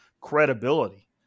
credibility